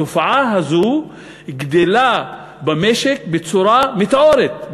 התופעה הזאת גדלה במשק בצורה מטאורית,